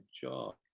job